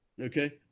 Okay